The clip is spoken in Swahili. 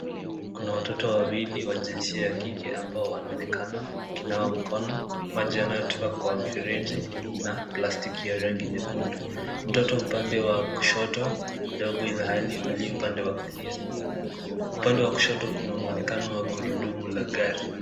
Kuna watoto wawili wa jinsia ya kike ambao wanaonekana wakinawa mukono. Maji yanayotoka kwa mfereji wa plastiki ya rangi nyekundu. Mtoto upande wa kushoto, ni mdogo ilhali upande wa kulia nimkubwa. Upande wakushoto kuna mwonekano wa gurudumu la gari.